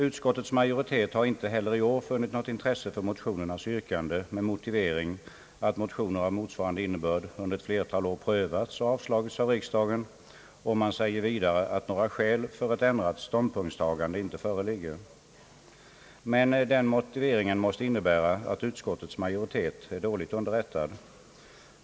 Utskottets majoritet har inte heller i år funnit något intresse för motionernas yrkande med motivering att motioner av motsvarande innebörd under ett flertal år prövats och avslagits av riksdagen. Och man säger vidare att några skäl för ett ändrat ståndpunktstagande inte föreligger. Men denna motivering måste innebära att utskottets majoritet är dåligt underrättad.